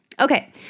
Okay